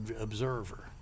observer